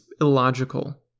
illogical